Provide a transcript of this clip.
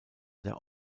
der